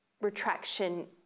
retraction